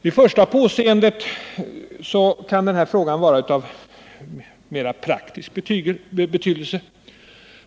Vid första påseendet kan man tycka att den här frågan är av främst praktisk betydelse.